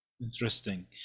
interesting